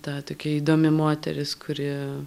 ta tokia įdomi moteris kuri